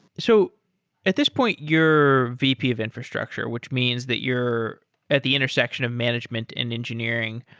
so at this point, you're vp of infrastructure, which means that you're at the intersection of management and engineering.